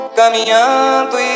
caminhando